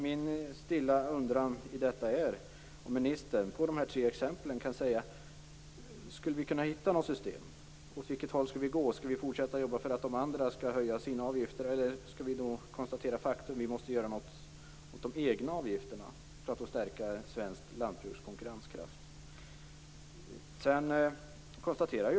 Min stilla undran är om ministern utifrån dessa tre exempel kan säga om vi skulle kunna hitta något system. Åt vilket håll skall vi gå? Skall vi fortsätta jobba för att de andra skall höja sina avgifter eller skall vi konstatera faktum - att vi måste göra något åt de egna avgifterna för att stärka svenskt lantbruks konkurrenskraft?